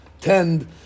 tend